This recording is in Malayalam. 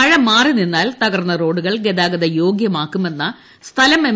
മഴ മാറിനിന്നാൽ തകർന്ന റോഡുകൾ ഗതാഗത യോഗ്യമാക്കുമെന്ന സ്ഥലം എം